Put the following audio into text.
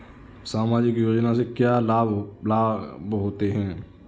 सामाजिक योजना से क्या क्या लाभ होते हैं?